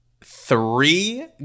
three